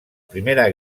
primera